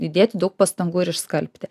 įdėti daug pastangų ir išskalbti